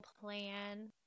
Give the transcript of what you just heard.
plan